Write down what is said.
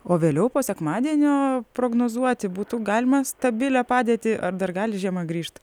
o vėliau po sekmadienio prognozuoti būtų galima stabilią padėtį ar dar gali žiema grįžt